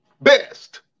best